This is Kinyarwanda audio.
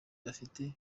bafite